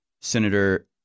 Senator